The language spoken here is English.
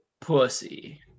Pussy